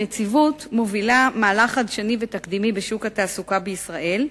הנציבות מובילה מהלך חדשני ותקדימי בשוק התעסוקה בישראל,